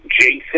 Jason